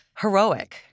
heroic